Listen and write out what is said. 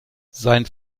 sein